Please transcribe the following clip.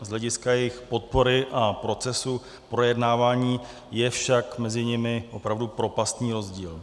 Z hlediska jejich podpory a procesu projednávání je však mezi nimi opravdu propastní rozdíl.